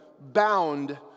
bound